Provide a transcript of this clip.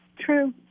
true